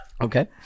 Okay